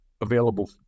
available